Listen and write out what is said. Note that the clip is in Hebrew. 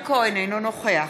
אינו נוכח